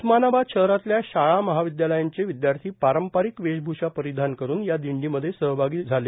उस्मानाबाद शहरातल्या शाळा महाविद्यालयांचे विद्यार्थी पारंपरिक वेशभूषा परिधान करून या दिंडीमध्ये सहभागी झाले